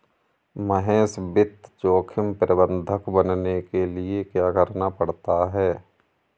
महेश वित्त जोखिम प्रबंधक बनने के लिए क्या करना पड़ता है?